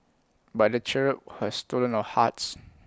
but the cherub has stolen our hearts